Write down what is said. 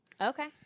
Okay